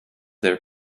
their